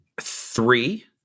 three